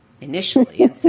initially